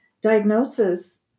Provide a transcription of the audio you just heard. diagnosis